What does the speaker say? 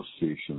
association